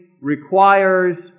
requires